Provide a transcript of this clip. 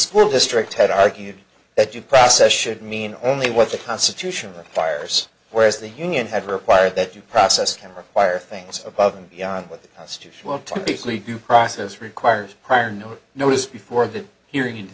school district had argued that you process should mean only what the constitution requires whereas the union had require that you process can require things above and beyond what the constitution will typically do process requires prior no notice before the hearing